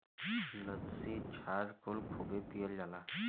लस्सी छाछ कुल खूबे पियल जाला